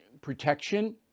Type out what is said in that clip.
protection